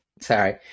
Sorry